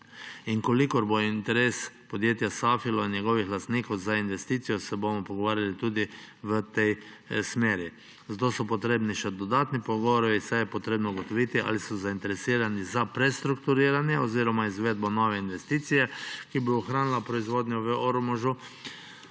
In če bo interes podjetja Safilo in njegovih lastnikov za investicijo, se bomo pogovarjali tudi v tej smeri. Zato so potrebni še dodatni pogovori, saj je treba ugotoviti, ali so zainteresirani za prestrukturiranje oziroma izvedbo nove investicije, ki bo ohranila proizvodnjo v Ormožu;